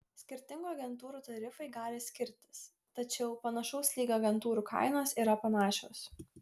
skirtingų agentūrų tarifai gali skirtis tačiau panašaus lygio agentūrų kainos yra panašios